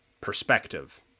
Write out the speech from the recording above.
perspective